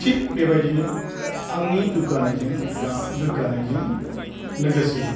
थिख बेबायदिनो आंनि दुग्गानायजों एबा गोग्गानायजों लोगोसे